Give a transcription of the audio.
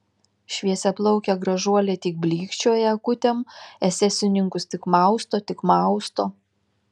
šviesiaplaukė gražuolė tik blykčioja akutėm esesininkus tik mausto tik mausto